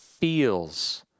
feels